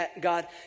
God